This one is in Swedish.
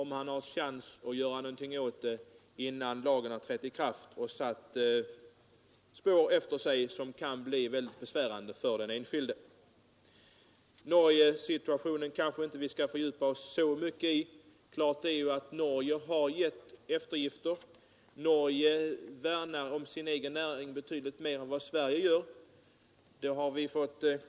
Man har nu en chans att göra någonting åt det innan lagen trätt i kraft och lämnat spår efter sig som kan bli besvärande för den enskilde. Situationen i Norge skall vi inte fördjupa oss i. Klart är att man i Norge har medgett eftergifter. I Norge värnar man om denna näring betydligt mer än vad man gör i Sverige.